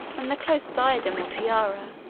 and the close diadem or tiara,